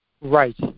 Right